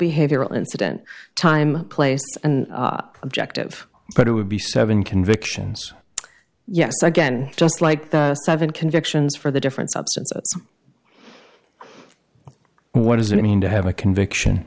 behavioral incident time place and objective but it would be seven convictions yes again just like the seven convictions for the different substances what does it mean to have a conviction